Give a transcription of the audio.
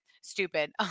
stupid